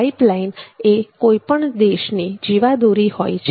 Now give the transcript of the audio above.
pipeline કોઈ પણ દેશની જીવાદોરી હોય છે